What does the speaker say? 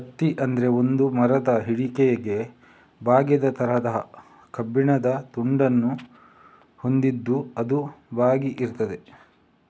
ಕತ್ತಿ ಅಂದ್ರೆ ಒಂದು ಮರದ ಹಿಡಿಕೆಗೆ ಬಾಗಿದ ತರದ ಕಬ್ಬಿಣದ ತುಂಡನ್ನ ಹೊಂದಿದ್ದು ಅದು ಬಾಗಿ ಇರ್ತದೆ